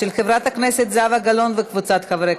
לא התקבלה.